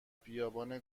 بیابان